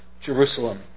Jerusalem